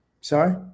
sorry